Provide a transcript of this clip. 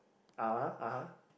(uh huh) (uh huh)